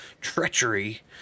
treachery